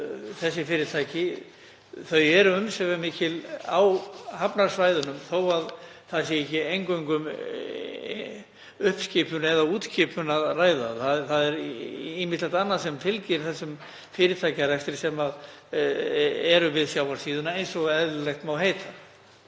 þessi fyrirtæki eru umsvifamikil á hafnarsvæðunum þó að það sé ekki eingöngu um uppskipun eða útskipun að ræða. Það er ýmislegt annað sem fylgir þessum fyrirtækjarekstri sem er við sjávarsíðuna eins og eðlilegt má heita.